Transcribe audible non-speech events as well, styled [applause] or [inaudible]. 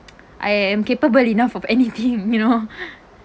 [noise] I am capable enough of anything you know